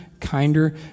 kinder